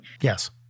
Yes